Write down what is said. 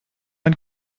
ein